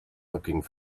looking